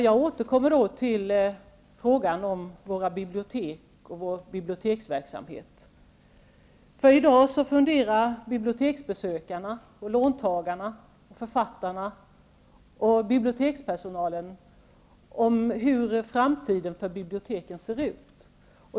Jag återkommer till frågan om vår biblioteksverksamhet. I dag funderar biblioteksbesökarna, låntagarna, författarna och bibliotekspersonalen över hur framtiden för biblioteken ser ut.